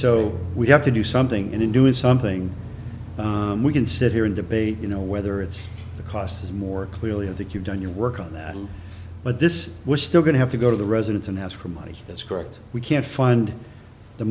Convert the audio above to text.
so we have to do something and in doing something we can sit here and debate you know whether it's the cost is more clearly i think you've done your work on that but this was still going to have to go to the residence and ask for money that's correct we can't find the